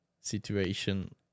situation